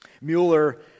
Mueller